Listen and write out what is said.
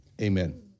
amen